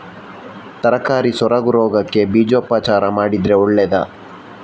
ತರಕಾರಿ ಸೊರಗು ರೋಗಕ್ಕೆ ಬೀಜೋಪಚಾರ ಮಾಡಿದ್ರೆ ಒಳ್ಳೆದಾ?